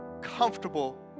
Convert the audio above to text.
comfortable